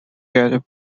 great